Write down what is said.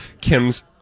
Kim's